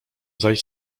zaś